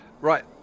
Right